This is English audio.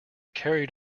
carried